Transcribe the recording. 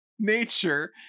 nature